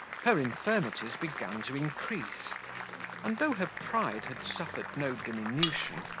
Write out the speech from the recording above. her infirmities began to increase and though her pride had suffered no diminution,